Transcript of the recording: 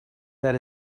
that